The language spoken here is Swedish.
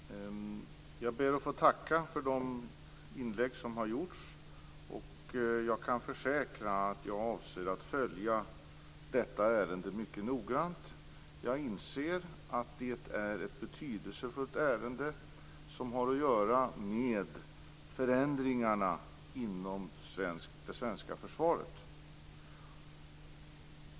Fru talman! Jag ber att få tacka för de inlägg som gjorts, och jag kan försäkra att jag avser att följa detta ärende mycket noggrant. Jag inser att det är ett betydelsefullt ärende, som har att göra med förändringarna inom det svenska försvaret.